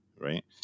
Right